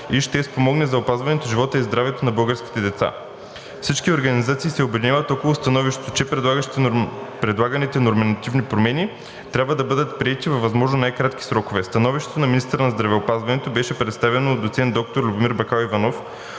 и ще спомогне за опазването живота и здравето на българските деца. Всички организации се обединяват около становището, че предлаганите нормативни промени трябва да бъдат приети във възможно най-кратки срокове. Становището на Министерството на здравеопазването беше представено от доцент доктор Любомир Бакаливанов,